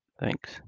thanks